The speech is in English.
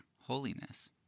holiness